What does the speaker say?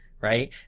right